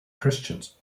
christians